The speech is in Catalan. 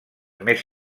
més